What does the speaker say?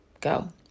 go